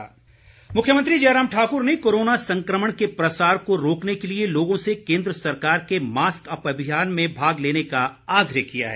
आग्रह मुख्यमंत्री जयराम ठाकुर ने कोरोना संक्रमण के प्रसार को रोकने के लिए लोगों से केन्द्र सरकार के मास्क अप अभियान में भाग लेने का आग्रह किया है